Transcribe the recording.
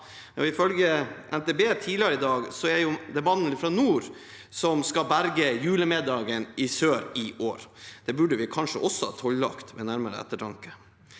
navn. Ifølge NTB tidligere i dag er det mandelpotet fra nord som skal berge julemiddagen i sør i år. Det burde vi kanskje også tollagt ved nærmere ettertanke.